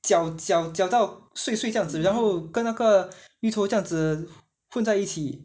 搅搅搅到碎碎这样子然后跟那个芋头这样子混在一起